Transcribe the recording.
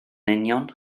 union